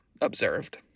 observed